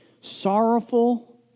sorrowful